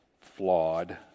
flawed